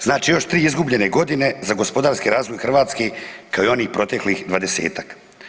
Znači još tri izgubljene godine za gospodarski razvoj Hrvatske kao i onih proteklih 20-tak.